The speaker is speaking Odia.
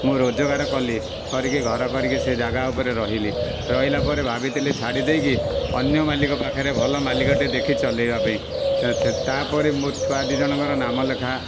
ମୁଁ ରୋଜଗାର କଲି କରିକି ଘର କରିକି ସେହି ଯାଗା ଉପରେ ରହିଲି ରହିଲା ପରେ ଭାବିଥିଲି ଛାଡ଼ିଦେଇକି ଅନ୍ୟ ମାଲିକ ପାଖରେ ଭଲ ମାଲିକଟେ ଦେଖି ଚଲାଇବା ପାଇଁ ତା'ପରେ ମୋ ଛୁଆ ଦୁଇ ଜଣଙ୍କର ନାମ ଲେଖା